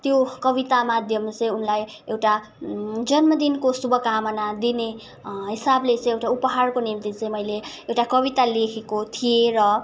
त्यो कविता माध्यम चाहिँ उनलाई एउटा जन्मदिनको शुभकामना दिने हिसाबले चाहिँ एउटा उपहारको निम्ति चाहिँ मैले एउटा कविता लेखेको थिएँ र